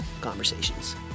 conversations